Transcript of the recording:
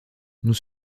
nous